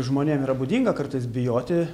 žmonėm yra būdinga kartais bijoti